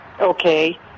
Okay